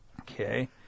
Okay